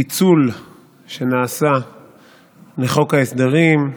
הפיצול שנעשה בחוק ההסדרים,